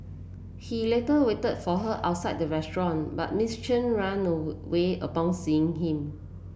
he later waited for her outside the restaurant but Miss Chen ran away upon seeing him